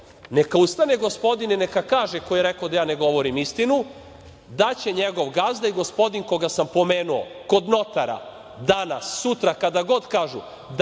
Neka ustane gospodin i neka kaže koji je rekao da ja ne govorim istinu da će njegov gazda i gospodin koga sam pomenuo kod notara danas, sutra, kad god kažu,